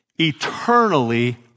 eternally